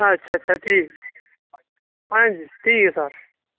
अच्छा अच्छा ठीक आं जी ठीक ऐ सर